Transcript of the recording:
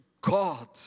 God